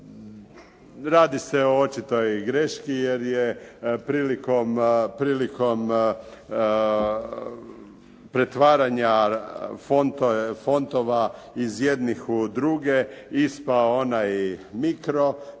Radi se o očitoj greški jer je prilikom pretvaranja fontova iz jednih u druge ispao onaj mikro,